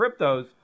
cryptos